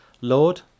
Lord